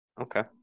Okay